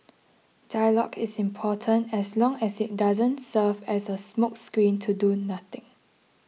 dialogue is important as long as it doesn't serve as a smokescreen to do nothing